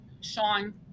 Sean